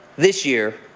this year,